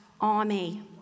army